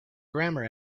grammar